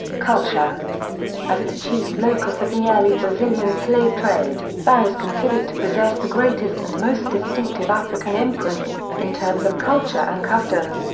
culture as the chief locus of the early brazilian slave trade, bahia is considered to possess the greatest and most distinctive african imprint, in terms of culture and customs,